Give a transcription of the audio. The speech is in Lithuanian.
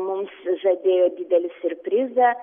mums žadėjo didelį siurprizą